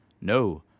No